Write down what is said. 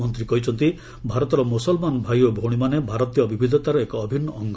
ମନ୍ତ୍ରୀ କହିଛନ୍ତି ଭାରତର ମୁସଲ୍ମାନ ଭାଇ ଓ ଭଉଣୀମାନେ ଭାରତୀୟ ବିବିଧତାର ଏକ ଅଭିନ୍ନ ଅଙ୍ଗ